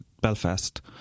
Belfast